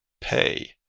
pay